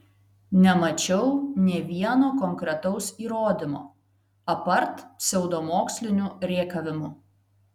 nemačiau nė vieno konkretaus įrodymo apart pseudomokslinių rėkavimų